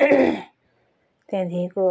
त्यहाँदेखिको